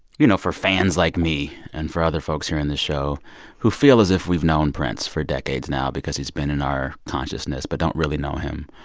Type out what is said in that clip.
you know, for fans like me and for other folks hearing this show who feel as if we've known prince for decades now because he's been in our consciousness but don't really know him,